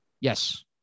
Yes